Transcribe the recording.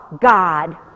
God